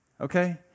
okay